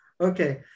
okay